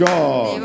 God